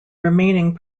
remaining